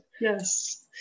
Yes